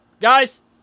guys